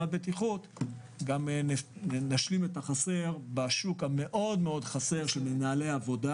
הבטיחות נשלים את החסר בשוק של מנהלי העבודה